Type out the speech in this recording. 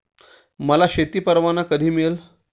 मला शेती परवाना कधी मिळेल?